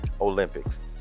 Olympics